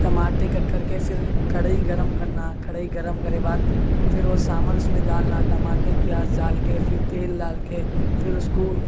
ٹماٹے کٹ کر کے پھر کڑھائی گرم کرنا کڑھائی گرم کرے بعد پھر وہ سامان اس میں ڈالنا ٹماٹے پیاز ڈال کے پھر تیل ڈال کے پھر اس کو